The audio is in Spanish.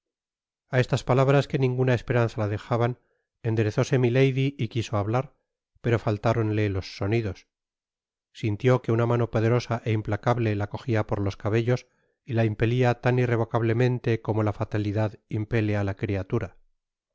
a estas palabras que ninguna esperanza la dejaban enderezóse milady y quiso hablar pero faltáronle los sonidos sintió que una mano poderosa é implacable la cogia por los cabellos y la impelia tan irrevocablemente como la fatalidad impele á la criatura